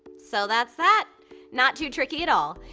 so that's that not too tricky at all.